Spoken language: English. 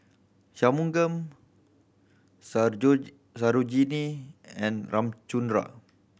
Shunmugam Sarojini and Ramchundra